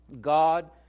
God